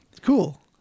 Cool